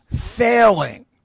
failing